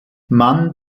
mann